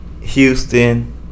Houston